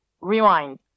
rewind